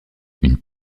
une